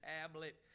tablet